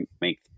make